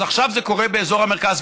אז עכשיו זה קורה באזור המרכז.